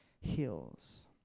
heals